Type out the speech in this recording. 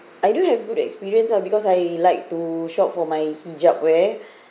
I do have good experience ah because I like to shop for my hijab wear